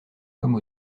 comme